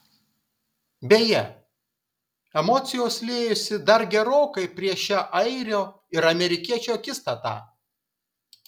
beje emocijos liejosi dar gerokai prieš šią airio ir amerikiečio akistatą